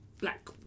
black